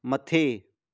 मथे